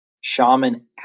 Shaman